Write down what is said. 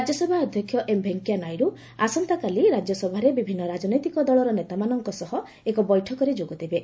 ରାଜ୍ୟସଭା ଅଧ୍ୟକ୍ଷ ଏମ୍ ଭେଙ୍କୟା ନାଇଡୁ ଆସନ୍ତାକାଲି ରାଜ୍ୟସଭାରେ ବିଭିନ୍ନ ରାଜନୈତିକ ଦଳର ନେତାମାନଙ୍କ ସହ ଏକ ବୈଠକରେ ଯୋଗଦେବେ